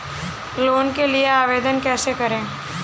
Loan के लिए आवेदन कैसे करें?